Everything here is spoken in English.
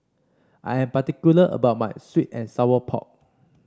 I am particular about my sweet and Sour Pork